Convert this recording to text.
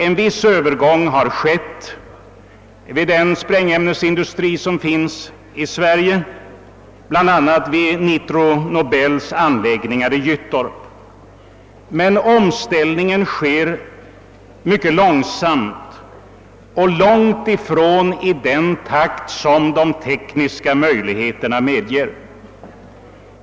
En viss övergång till sådan drift har redan skett vid sprängämnesindustrin i Sverige, bl.a. vid Nitro Nobels anläggning i Gyttorp. Men omställningen sker mycket långsamt och långt ifrån i den takt som de tekniska möjligheterna medger.